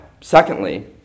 secondly